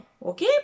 OK